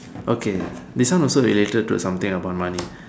okay this one also related to something about money